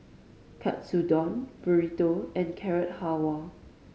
Katsudon Burrito and Carrot Halwa